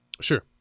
Sure